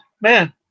Man